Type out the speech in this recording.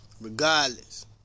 Regardless